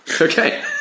Okay